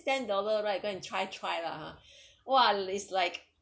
then dollar right go and try try lah hor !wah! is like